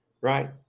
right